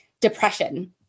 depression